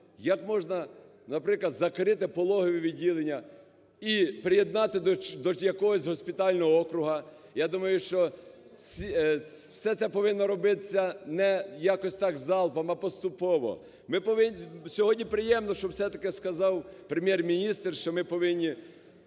Як можна наприклад закрити пологове відділення і приєднати до якогось госпітального округу. Я думаю, що все це повинно робиться не якось так залпом, а поступово. Ми повинні, сьогодні приємно, що все-таки сказав Прем'єр-міністр, що ми повинні